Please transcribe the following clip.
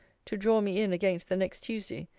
to draw me in against the next tuesday,